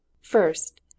first